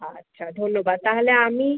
আচ্ছা ধন্যবাদ তাহলে আমি